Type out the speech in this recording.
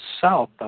south